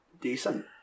Decent